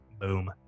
Boom